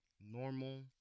normal